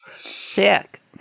Sick